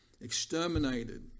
exterminated